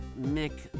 Mick